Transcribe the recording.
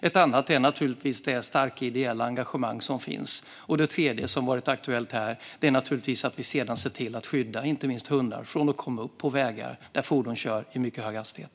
En annan är det starka ideella engagemang som finns. En tredje, som varit aktuell här, är naturligtvis att vi sedan ser till att skydda inte minst hundar från att komma upp på vägar där fordon kör i mycket hög hastighet.